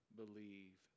believe